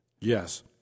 Yes